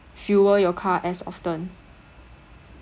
fuel your car as often